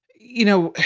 you know,